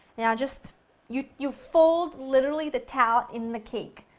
now just you you fold, literally, the towel in the cake.